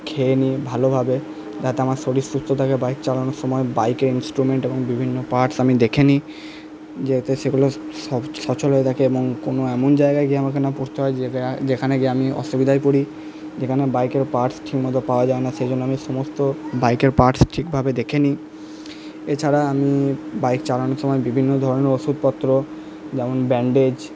খেয়ে নিই ভালোভাবে যাতে আমার শরীর সুস্থ থাকে বাইক চালানোর সময় বাইকে ইন্সট্রুমেন্ট এবং বিভিন্ন পার্টস আমি দেখেনি যাতে সেগুলো সচল হয়ে থাকে এবং কোনো এমন জায়গায় গিয়ে আমাকে না পরতে হয় যেখানে গিয়ে আমি অসুবিধায় পড়ি যেখানে বাইকের পার্টস ঠিকমতো পাওয়া যায় না সেজন্য আমি সমস্ত বাইকের পার্টস ঠিকভাবে দেখেনি এছাড়া আমি বাইক চালানোর সময় বিভিন্ন ধরনের ওষুধপত্র যেমন ব্যান্ডেজ